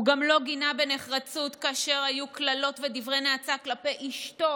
הוא גם לא גינה בנחרצות כאשר היו קללות ודברי נאצה כלפי אשתו